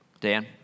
Dan